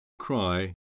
cry